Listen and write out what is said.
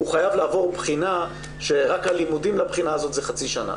הוא חייב לעבור בחינה שרק הלימודים לבחינה הזאת זה חצי שנה.